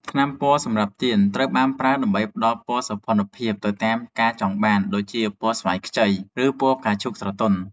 ថ្នាំពណ៌សម្រាប់ទៀន ត្រូវបានប្រើដើម្បីផ្ដល់ពណ៌សោភ័ណភាពទៅតាមការចង់បាន ដូចជាពណ៌ស្វាយខ្ចី ឬពណ៌ផ្កាឈូកស្រទន់។